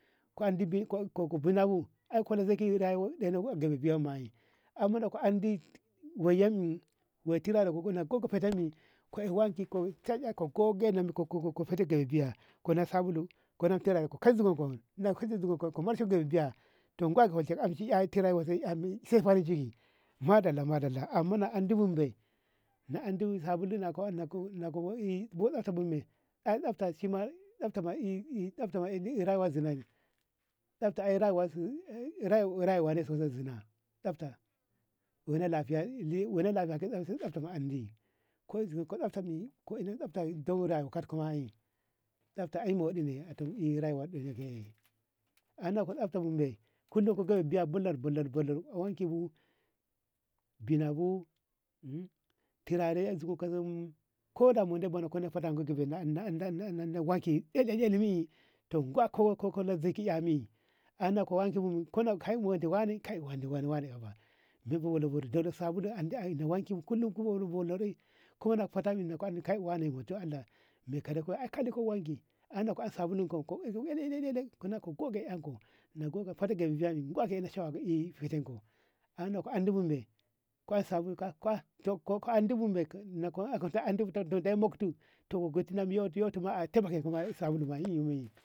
ko andi bin ko bina bu ae kola zigi ae kono ɗena giyabu ba ae amma ko ka andi wayobi yai tiarabu na gogo fate ni ko ae wanki ko gogo fete gebiya kona sabulu kona turaye ko kai zogonko nanko ziganko mulshi gambiya dunko a kulshi saifarin ciki madalla- madalla amma na andibu bai na andi sabulu na ko na ko na samta bumme ae tsamta ma rayuwa zinaune tsabta ae rayuwane sosai zina tsafta wanu lafiya li ki tsafta ma andi ko zuwo ko tsabtami ka rayuwa kadko ma'i tsafta ae mudini ae rayuwane kullum ku gambe ey bullar bullar wanki bu binabu tulare ziko kazim koda mude buneko ne fetentu ka baɗ lu ayan ayan kawanki eli elim ey to ganko ko zaki yami a inako wanki bu kai mundo wanne kai wanne wanne wane haba mure dodo sabulu andi na wanki bo kullum ko buni bo loɗu kuma na fata kai wane me ka dako ae ka dako wanki ka ana ko sabulu ko ele- ele kana ka goga enko na goga fete ana ka andibo me kwa andibu me to da'i muktu to gotino miyo a tibilito tabiri sabulu ma ey